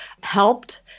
helped